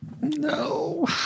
No